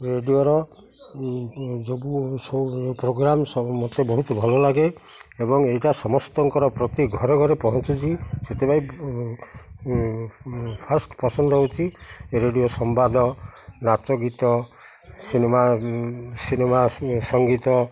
ରେଡ଼ିଓର programme ସବୁ ମୋତେ ବହୁତ ଭଲ ଲାଗେ ଏବଂ ଏଇଟା ସମସ୍ତଙ୍କର ପ୍ରତି ଘରେ ଘରେ ପହଞ୍ଚୁଛି ସେଥିପାଇଁ ଫାର୍ଷ୍ଟ ପସନ୍ଦ ହେଉଛି ରେଡ଼ିଓ ସମ୍ବାଦ ନାଚ ଗୀତ ସିନେମା ସିନେମା ସଙ୍ଗୀତ